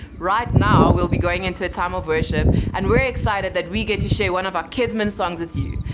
right now we'll be going into a time of worship and we're excited that we get to share one of our kids min songs with you.